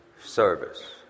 service